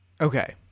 Okay